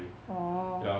orh